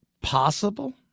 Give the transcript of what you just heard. possible